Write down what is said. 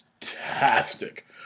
fantastic